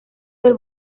del